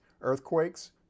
earthquakes